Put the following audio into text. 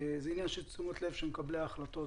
זה עניין של תשומת לב של מקבלי ההחלטות.